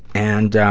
and,